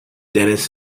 dentist